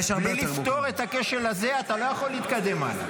בלי לפתור את הכשל הזה אתה לא יכול להתקדם הלאה.